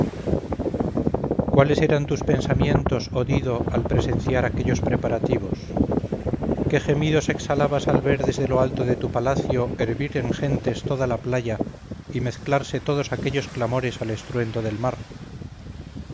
cuáles eran tus pensamientos oh dido al presenciar aquellos preparativos que gemidos exhalabas al ver desde lo alto de tu palacio hervir en gentes toda la playa y mezclarse todos aquellos clamores al estruendo del mar